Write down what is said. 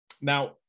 Now